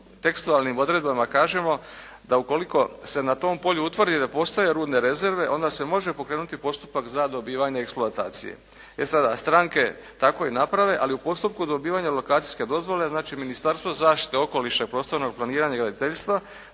tekstualnim odredbama kažemo da ukoliko se na tom polju utvrdi da postoje rudne rezerve, onda se može pokrenuti postupak za dobivanje eksploatacije. E sada, stranke tako i naprave, ali u postupku dobivanja lokacijske dozvole, znači Ministarstvo zaštite okoliša i prostornog planiranja i graditeljstva